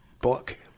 book